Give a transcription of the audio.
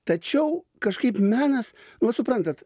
tačiau kažkaip menas nu vat suprantat